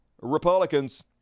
Republicans